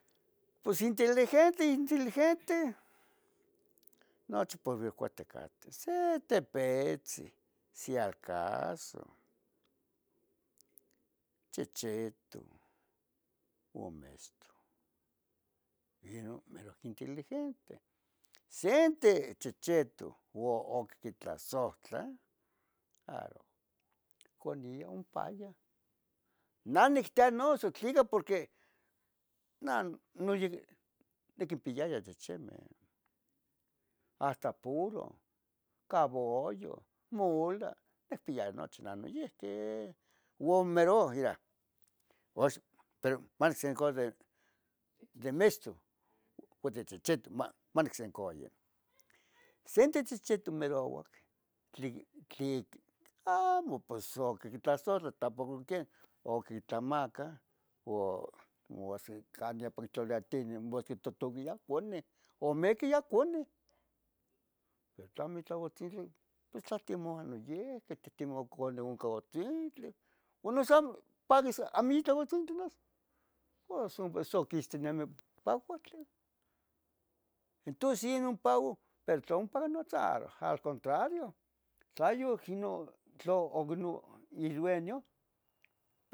Pos inteligente, inteligente noche por recuate cateh. se tepetzen, si acaso, chichituh u meston, inun meru. inteligente. Sente chichitoc u ocquitlasohtla aru, coni ompayah, Nah nictenotza tlica porque nah noyihqui. niquimpiyaya chichimeh, hasta puroh, cabolluh, mula. necpiaya noche ne noyihqui Uan meruh ira ox pero. de, de miston uan de chichitu ma manicsencoya. Sinti chichito merouac tli, tlic amo pos oquitlasohtlac. tampoco quien, o quitlamacah o. quituhtuhvia conih o meque ya coneh, pero tlo. mitlah otzilih tlotemuyah noyihqui titimouah cuale ohcan. ohtzintli, uan noso paguis amamitla. oncan ohtzintli noso pos ompa so quisteneme. vapohtli, entons inun pauh, pero tlo ompo tlonutza. al, al contrario tlo yuquino tlo oquino idueño.